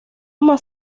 más